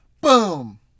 Boom